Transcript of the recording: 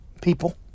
people